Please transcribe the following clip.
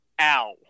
Ow